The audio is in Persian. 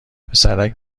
پسرک